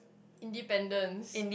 independence